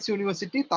University